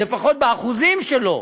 לפחות באחוזים שלו.